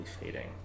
fading